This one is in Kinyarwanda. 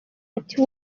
ati